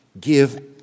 give